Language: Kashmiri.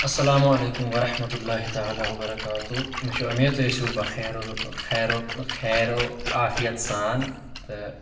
اسلام علیکم ورحمَتہُ اللہ تعالٰی وبرکاتُہ مےٚ چھُ اُمید تُہۍ ٲسِو بخیر خیرو خیرو آفیت سان تہٕ